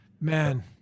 Man